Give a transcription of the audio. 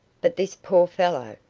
but this poor fellow?